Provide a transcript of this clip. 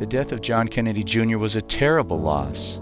the death of john kennedy jr was a terrible loss